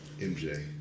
MJ